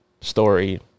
story